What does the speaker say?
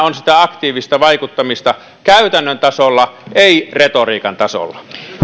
on sitä aktiivista vaikuttamista käytännön tasolla ei retoriikan tasolla